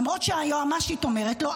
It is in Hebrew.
למרות שהיועמ"שית אומרת לו,